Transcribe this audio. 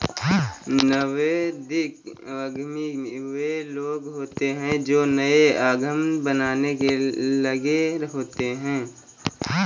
नवोदित उद्यमी वे लोग होते हैं जो नए उद्यम बनाने में लगे होते हैं